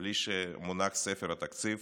בלי שמונח ספר התקציב